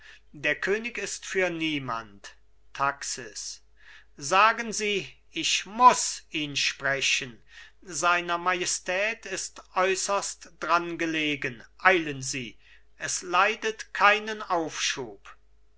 der könig ist für niemand taxis sagen sie ich muß ihn sprechen seiner majestät ist äußerst dran gelegen eilen sie es leidet keinen aufschub